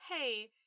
hey